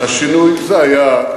זה היה,